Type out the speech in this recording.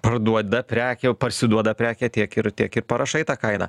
parduoda prekę parsiduoda prekė tiek ir tiek ir parašai tą kainą